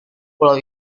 pulau